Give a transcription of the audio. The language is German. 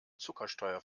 zuckersteuer